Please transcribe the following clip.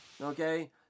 Okay